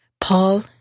Paul